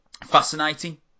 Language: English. fascinating